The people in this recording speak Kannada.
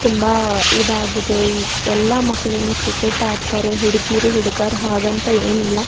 ತುಂಬ ಇದಾಗಿದೆ ಈ ಎಲ್ಲ ಮಕ್ಕಳೂ ಕ್ರಿಕೆಟ್ ಆಡ್ತಾರೆ ಹುಡ್ಗೀರು ಹುಡ್ಗರು ಹಾಗಂತ ಏನಿಲ್ಲ